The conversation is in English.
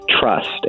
trust